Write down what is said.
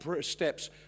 steps